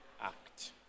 act